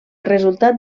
resultat